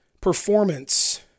performance